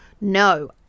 No